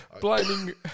blaming